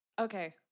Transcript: Okay